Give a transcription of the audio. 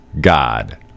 God